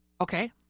Okay